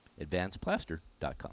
Advancedplaster.com